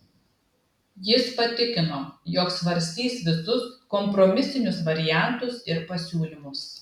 jis patikino jog svarstys visus kompromisinius variantus ir pasiūlymus